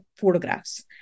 photographs